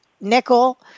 Nickel